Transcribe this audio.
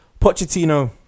Pochettino